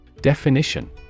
Definition